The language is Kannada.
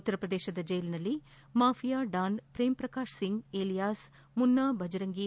ಉತ್ತರಪ್ರದೇಶದ ಜೈಲಿನಲ್ಲಿ ಮಾಫಿಯಾ ಡಾನ್ ಶ್ರೇಮ್ ಪ್ರಕಾಶ್ ಸಿಂಗ್ ಅಲಿಯಾಸ್ ಮುನ್ನಾ ಭಜರಂಗಿ